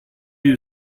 you